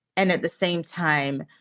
and at the same time,